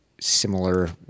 similar